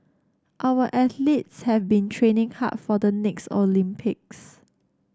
our athletes have been training hard for the next Olympics